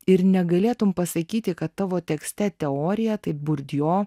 ir negalėtum pasakyti kad tavo tekste teoriją tai burdjo